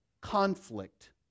conflict